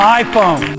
iPhone